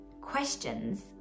questions